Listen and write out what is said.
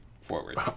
forward